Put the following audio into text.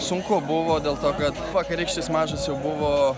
sunku buvo dėl to kad vakarykštis mačas jau buvo